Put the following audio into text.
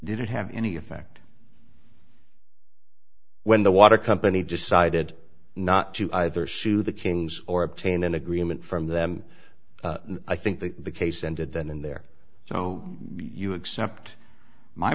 did it have any effect when the water company decided not to either sue the kings or obtain an agreement from them i think that the case ended then and there so you accept my